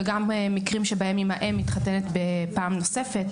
וגם מקרים שבהם אם האם מתחתנת פעם נוספת,